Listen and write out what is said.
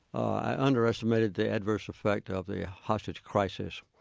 i underestimated the adverse effects of the hostage crisis.